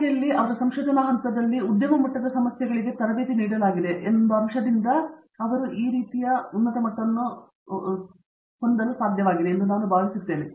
ಇಲಾಖೆಯಲ್ಲಿ ಅವರ ಸಂಶೋಧನಾ ಹಂತದಲ್ಲಿ ಉದ್ಯಮ ಮಟ್ಟದ ಸಮಸ್ಯೆಗಳಿಗೆ ತರಬೇತಿ ನೀಡಲಾಗಿದೆ ಎಂಬ ಅಂಶದಿಂದ ಇದಾಗಿದೆ ಎಂದು ನಾನು ಭಾವಿಸುತ್ತೇನೆ